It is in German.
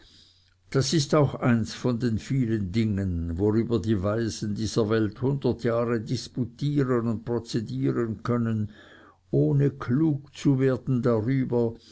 das ist auch eins von den vielen dingen worüber die weisen dieser welt hundert jahre disputieren und prozedieren können ohne klug zu werden darüber